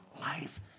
life